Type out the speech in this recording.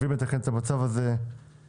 את המצב הזה חייבים לתקן,